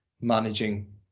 managing